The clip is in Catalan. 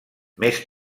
més